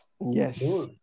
Yes